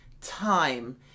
time